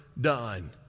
done